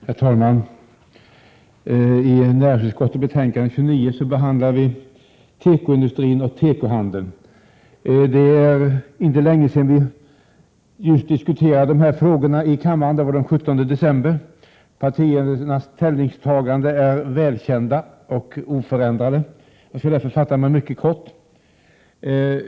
Herr talman! I näringsutskottets betänkande nr 29 behandlas frågor som rör tekoindustrin och tekohandeln. Det är inte länge sedan vi senast diskuterade de frågorna i kammaren — det var den 17 december 1987. Partiernas ställningstaganden är välkända och oförändrade. Jag skall därför fatta mig mycket kort.